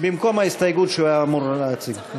במקום ההסתייגות שהוא היה אמור להציג.